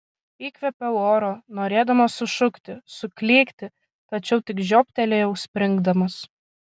įkvėpiau oro norėdamas sušukti suklykti tačiau tik žioptelėjau springdamas